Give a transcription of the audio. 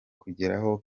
kugeraho